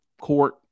court